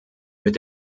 mit